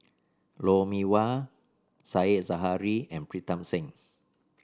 Lou Mee Wah Said Zahari and Pritam Singh